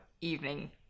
Evening